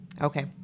Okay